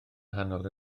nghanol